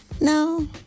no